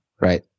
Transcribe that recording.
Right